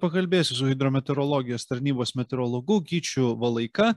pakalbėsiu su hidrometeorologijos tarnybos meteorologu gyčiu valaika